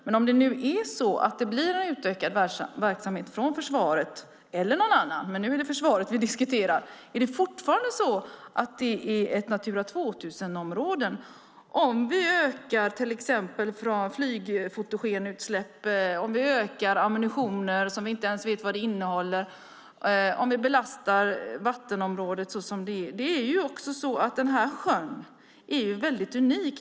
Men om nu försvaret eller någon annan utökar sin verksamhet, är det fortfarande så att det är ett Natura 2000-område om vi ökar utsläppen av flygfotogen och mängden ammunition som vi inte ens vet vad den innehåller och belastar vattenområdet? Sjön är unik.